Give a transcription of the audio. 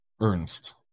Ernst